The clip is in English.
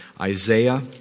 Isaiah